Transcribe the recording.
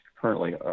currently